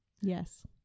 Yes